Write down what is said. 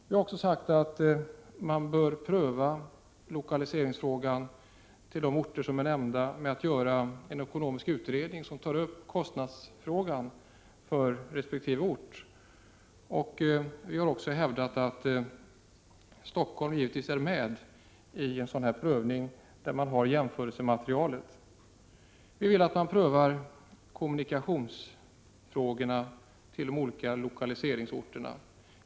Vi har också sagt att man bör pröva frågan om lokalisering till de orter som är nämnda genom att göra en ekonomisk utredning som tar upp kostnadsfrågan för resp. ort. Dessutom har vi hävdat att Stockholm givetvis är med i en sådan prövning där man har jämförelsematerialet. Vi vill att man prövar frågan om kommunikationerna till de olika lokaliseringsorterna.